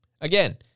Again